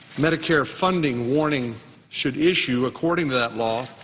medicare funding warning should issue according to that law,